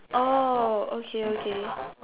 oh okay okay